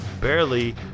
barely